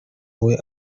wawe